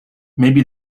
maybe